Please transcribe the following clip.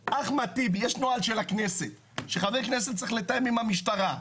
יש נוהל של הכנסת שחבר כנסת צריך לתאם עם המשטרה.